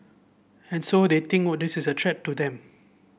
and so they think what this is a threat to them